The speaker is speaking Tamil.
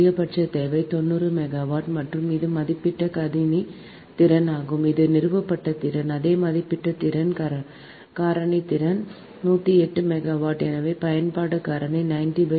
அதிகபட்ச தேவை 90 மெகாவாட் மற்றும் இது மதிப்பிடப்பட்ட கணினி திறன் ஆகும் இது நிறுவப்பட்ட திறன் அதே மதிப்பிடப்பட்ட கணினி திறன் 108 மெகாவாட் எனவே பயன்பாட்டு காரணி 0